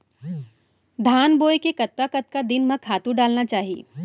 धान बोए के कतका कतका दिन म खातू डालना चाही?